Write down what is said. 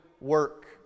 work